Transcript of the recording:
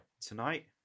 tonight